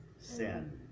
sin